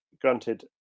Granted